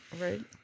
Right